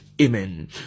amen